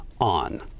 on